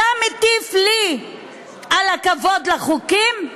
אתה מטיף לי על הכבוד לחוקים?